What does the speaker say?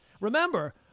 Remember –